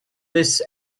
this